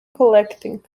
collecting